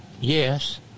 yes